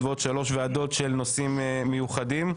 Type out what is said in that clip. ועוד שלוש ועדות של נושאים מיוחדים,